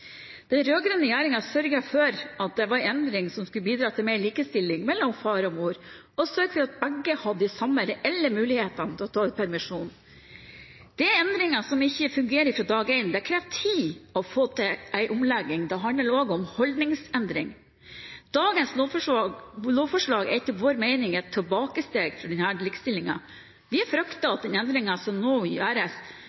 endring som skulle bidra til mer likestilling mellom far og mor, og sørget for at begge hadde de samme reelle mulighetene til å ta ut permisjon. Det er endringer som ikke fungerer fra dag én. Det krever tid å få til en omlegging. Det handler også om en holdningsendring. Dagens lovforslag er etter vår mening et tilbakesteg for denne likestillingen. Vi frykter